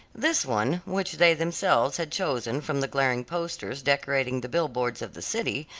this one, which they themselves had chosen from the glaring posters decorating the bill-boards of the city,